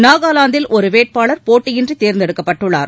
நாகாலாந்தில் ஒரு வேட்பாளர் போட்டியின்றி தேர்ந்தெடுக்கப்பட்டுள்ளார்